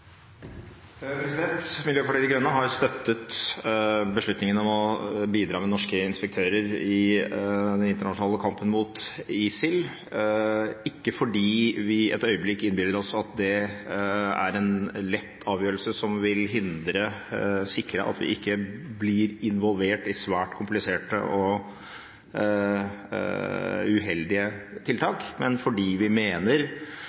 støttet beslutningen om å bidra med norske inspektører i den internasjonale kampen mot ISIL – ikke fordi vi et øyeblikk innbiller oss at det er en lett avgjørelse som vil sikre at vi ikke blir involvert i svært kompliserte og uheldige tiltak, men fordi vi mener